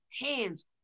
hands